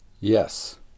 yes